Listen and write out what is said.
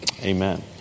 Amen